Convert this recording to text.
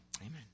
amen